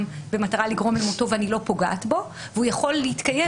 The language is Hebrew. במטרה לגרום למותו ואני לא פוגעת בו והוא יכול להתקיים